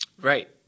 Right